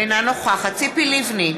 אינה נוכחת ציפי לבני,